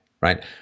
right